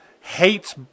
hates